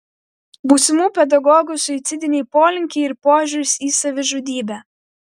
būsimų pedagogų suicidiniai polinkiai ir požiūris į savižudybę